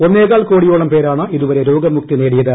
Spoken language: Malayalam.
ഒന്നേകാൽ കോടിയോളം പേരാണ് ഇതു്വരെ രോഗമുക്തി നേടി യത്